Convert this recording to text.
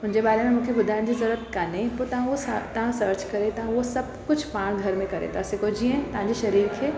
हुन जे बारे में मुखे ॿुधाइनि जी ज़रूरत कोन्हे पोइ तव्हां उहो सां तव्हां सर्च करे तव्हां उहो सभु कुझु पाण घर में करे सघो जीअं तव्हांजे शरीर खे